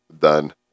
Done